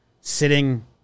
sitting